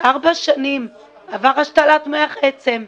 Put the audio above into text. ארבע שנים, עבר השתלת מח עצם.